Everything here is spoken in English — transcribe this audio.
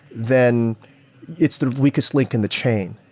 then it's the weakest link in the chain.